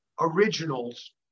originals